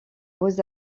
beaux